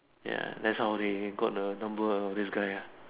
ya that's how they got the number uh for this guy ya